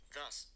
Thus